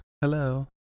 Hello